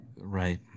Right